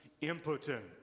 impotent